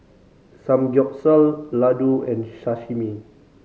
Samgyeopsal Ladoo and Sashimi